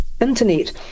internet